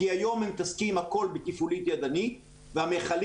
כי היום מתעסקים הכול בתפעולית ידנית והמיכלים